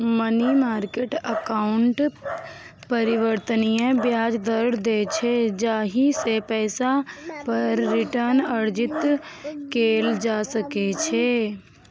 money market account परिवर्तनीय ब्याज दर दै छै, जाहि सं पैसा पर रिटर्न अर्जित कैल जा सकै छै